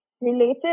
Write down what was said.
related